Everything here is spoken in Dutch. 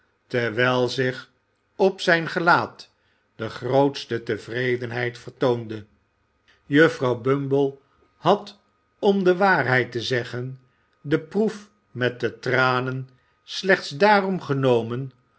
terwijl zich op zijn gelaat de grootste tevredenheid vertoonde juffrouw bumble had om de waarheid te zeggen de proef met de tranen slechts daarom genomen